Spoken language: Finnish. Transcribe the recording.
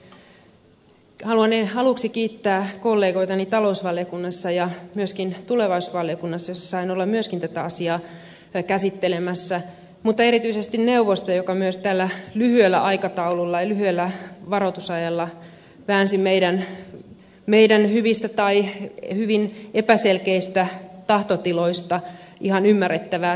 haluan aluksi kiittää kollegoitani talousvaliokunnassa ja myöskin tulevaisuusvaliokunnassa jossa sain olla myöskin tätä asiaa käsittelemässä mutta erityisesti neuvosta joka myös tällä lyhyellä aikataululla ja lyhyellä varoitusajalla väänsi meidän hyvistä tai hyvin epäselkeistä tahtotiloistamme ihan ymmärrettävää tekstiä